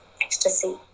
ecstasy